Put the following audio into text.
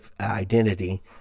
identity